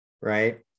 Right